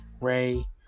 Ray